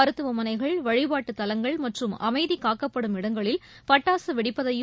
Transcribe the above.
மருத்துவமனைகள் வழிபாட்டுத் தலங்கள் மற்றும் அமைதி காக்கப்படும் இடங்களில் பட்டாசு வெடிப்பதையும்